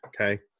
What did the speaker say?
Okay